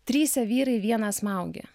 trise vyrai vieną smaugė